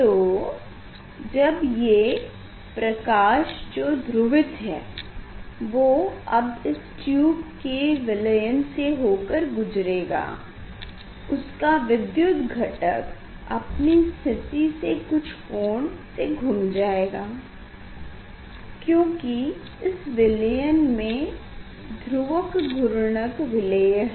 तो जब ये प्रकाश जो ध्रुवित है वो अब इस ट्यूब के विलयन से होकर गुजारेगा उसका विद्युत घटक अपनी स्थिति से कुछ कोण से घूम जाएगा क्योकि इस विलयन में ध्रुवक घूर्णक विलेय है